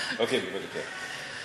אוקיי, בבקשה.